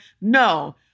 no